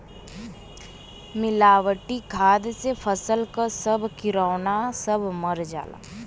मिलावटी खाद से फसल क सब किरौना सब मर जाला